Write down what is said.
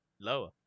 lower